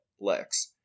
Lex